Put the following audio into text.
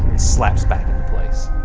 slaps back into place.